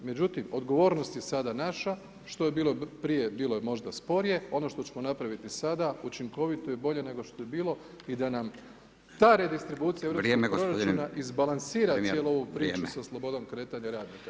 Međutim, odgovornost je sada naša što je bilo prije, bilo je možda sporije ono što ćemo napraviti sada učinkovito i bolje nego što je bilo i da nam ta redistribucija [[Upadica: Vrijeme gospodine.]] europskog proračuna izbalansira [[Upadica: Vrijeme]] cijelu ovu priču sa slobodom kretanja radnika.